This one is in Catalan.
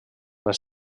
les